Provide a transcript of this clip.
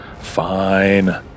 Fine